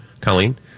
Colleen